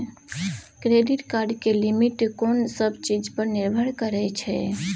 Credit card के limit कोन सब चीज पर निर्भर करै छै?